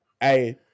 Hey